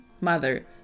mother